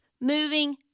moving